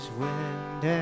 wind